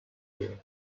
year